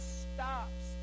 stops